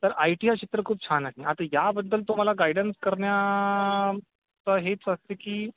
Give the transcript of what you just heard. तर I T हे क्षेत्र हे खूप छान आहे आता याबद्दल तुम्हाला गाईडन्स करण्या चं हेच असतं की